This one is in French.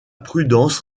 prudence